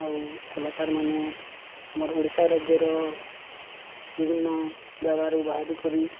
ଆଉ କଳାକାରମାନେେ ଆମର ଓଡ଼ିଶା ରାଜ୍ୟର ବିଭିନ୍ନ ଜାଗାରୁ ବାହାରି କରି